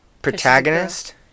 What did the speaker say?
protagonist